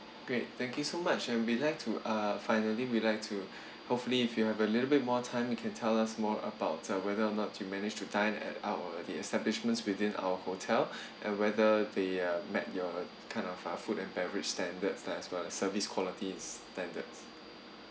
great thank you so much and we like to uh finally we like to hopefully if you have a little bit more time you can tell us more about uh whether or not you manage to dine at our the establishments within our hotel and whether they uh met your kind of uh food and beverage standards lah as well as service quality standards